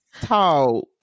talk